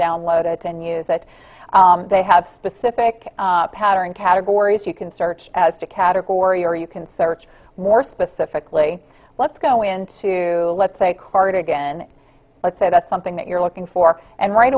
download it and use that they have specific pattern categories you can search as to category or you can search more specifically let's go into let's say a cardigan let's say the something that you're looking for and right